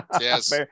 Yes